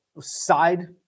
side